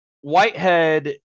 whitehead